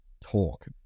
talk